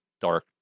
dark